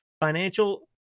financial